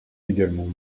également